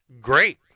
great